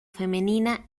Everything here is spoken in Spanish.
femenina